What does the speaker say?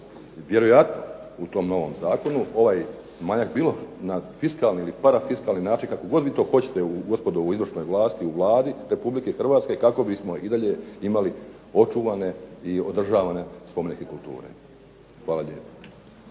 vjerojatno u tom novom zakonu ovaj manjak bilo na fiskalni ili parafiskalni način kako vi god to hoćete u izvršnoj vlasti u Vlada Republike Hrvatske kako bismo i dalje imali očuvane i održavane spomenike kulture. Hvala lijepo